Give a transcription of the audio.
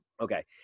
Okay